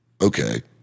Okay